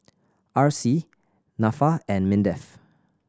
R C Nafa and MINDEF